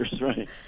right